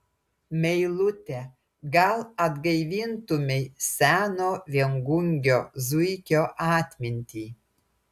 meilute gal atgaivintumei seno viengungio zuikio atmintį